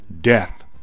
death